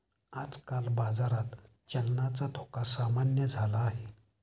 आजकाल बाजारात चलनाचा धोका सामान्य झाला आहे